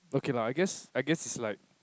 okay lah I guess I guess it's like